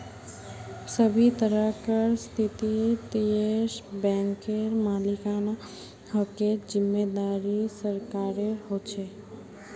सभी तरहकार स्थितित येस बैंकेर मालिकाना हकेर जिम्मेदारी सरकारेर ह छे